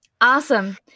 Awesome